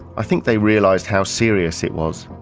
i think they realised how serious it was.